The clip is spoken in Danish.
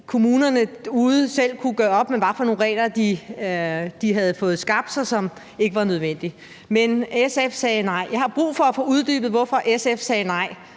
kommunerne derude selv kunne gøre op med, hvilke nogle regler de havde fået skabt, som ikke var nødvendige. Men SF sagde nej. Jeg har brug for at få uddybet, hvorfor SF i den